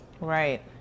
Right